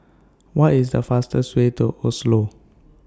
What IS The fastest Way to Oslo